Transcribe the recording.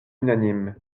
unanimes